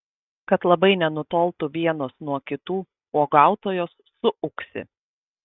kad labai nenutoltų vienos nuo kitų uogautojos suūksi